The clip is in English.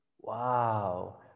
wow